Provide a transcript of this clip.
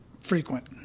frequent